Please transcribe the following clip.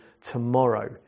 tomorrow